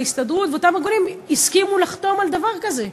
ההסתדרות ואותם ארגונים הסכימו לחתום על דבר כזה.